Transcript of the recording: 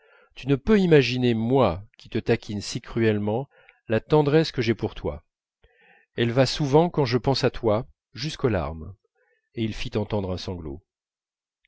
tu ne peux imaginer moi qui te taquine si cruellement la tendresse que j'ai pour toi elle va souvent quand je pense à toi jusqu'aux larmes et il fit entendre un sanglot